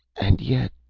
and yet.